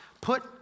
put